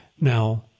Now